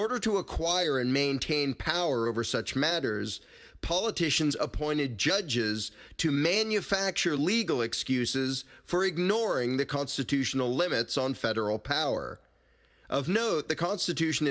order to acquire and maintain power over such matters politicians appointed judges to manufacture legal excuses for ignoring the constitutional limits on federal power of no the constitution